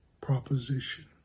proposition